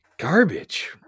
garbage